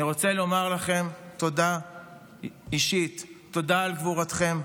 אני רוצה לומר לכם אישית תודה על גבורתכם,